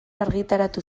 argitaratu